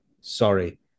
Sorry